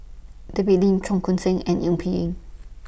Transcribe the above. David Lim Cheong Koon Seng and Eng Peng Yee